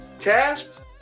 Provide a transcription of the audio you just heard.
cast